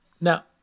now